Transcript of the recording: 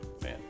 Man